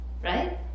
Right